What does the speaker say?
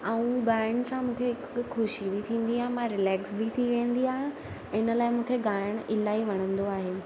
ऐं ॻाइण सां मूंखे हिक ख़ुशी बि थींदी आहे मां रिलॅक्स बि थी वेंदी आहियां इन लाइ मूंखे ॻाइण इलाही वणंदो आहे